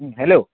হুম hello